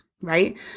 right